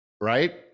Right